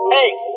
Hey